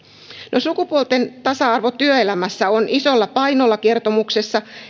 no sukupuolten tasa arvo työelämässä on isolla painolla kertomuksessa